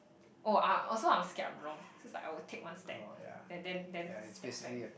oh I'm also I'm scared I'm wrong cause I will take one step and then then step back